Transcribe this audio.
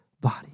body